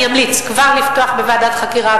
ואני אמליץ כבר לפתוח בוועדת חקירה,